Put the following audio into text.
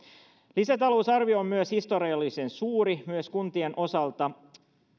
lisätalousarvio on historiallisen suuri myös kuntien osalta